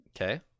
okay